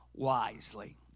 Wisely